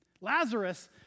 Lazarus